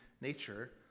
nature